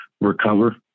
recover